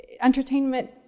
Entertainment